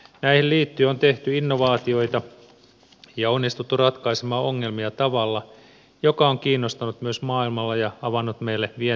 näihin liittyen on tehty innovaatioita ja onnistuttu ratkaisemaan ongelmia tavalla joka on kiinnostanut myös maailmalla ja avannut meille vientimarkkinoita